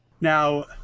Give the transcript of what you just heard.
Now